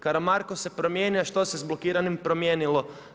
Karamarko se promijenio, a što se s blokiranim promijenilo?